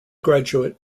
graduate